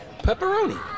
Pepperoni